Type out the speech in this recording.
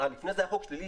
לפני זה היה חוק שלילי,